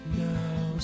now